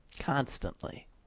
constantly